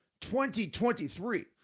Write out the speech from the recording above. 2023